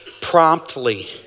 promptly